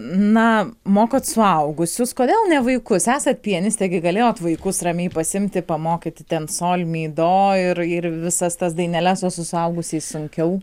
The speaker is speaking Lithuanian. na mokot suaugusius kodėl ne vaikus esat pianistė gi galėjot vaikus ramiai pasiimti pamokyti ten sol mi do ir ir visas tas daineles o su suaugusiais sunkiau